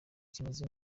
kimaze